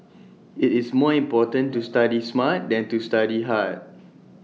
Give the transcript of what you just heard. IT is more important to study smart than to study hard